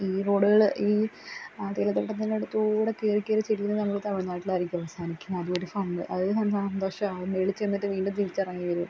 ഈ റോഡുകള് ഈ ആ തേയില തോട്ടത്തിൻ്റടുത്തൂടെക്കേറിക്കേറി ചെല്ലുന്ന നമ്മള് തമിഴ്നാട്ടിലായിരിക്കും അവസാനിക്കുക അതൊരു അതൊരു സന്തോഷമാണ് മേളിച്ചെന്നിട്ട് വീണ്ടും തിരിച്ചിറങ്ങി വരും